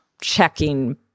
checking